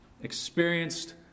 Experienced